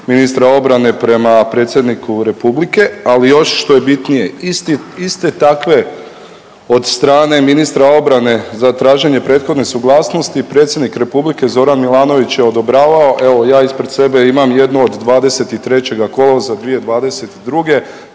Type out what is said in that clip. ministra obrane prema Predsjedniku Republike, ali još što je bitnije isti, iste takve od strane ministra obrane za traženje prethodne suglasnosti Predsjednik Republike Zoran Milanović je odobravao, evo ja ispred sebe imam jednu od 23. kolovoza 2022.